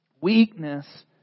Weakness